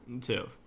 two